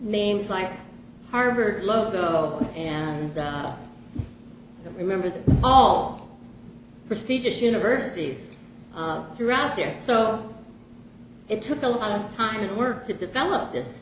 names like harvard logo and remember them all prestigious universities throughout their so it took a lot of time and work to develop this